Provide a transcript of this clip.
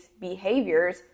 behaviors